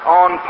on